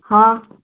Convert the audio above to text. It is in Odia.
ହଁ